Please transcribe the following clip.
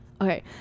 Okay